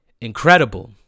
incredible